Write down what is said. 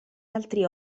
altri